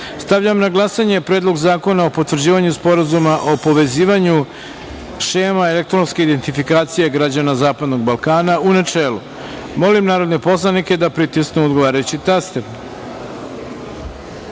na glasanje Predlog zakona o potvrđivanju Sporazuma o povezivanju elektronske identifikacije građana Zapadnog Balkana, u načelu. Molim narodne poslanike da pritisnu odgovarajući